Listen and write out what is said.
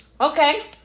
okay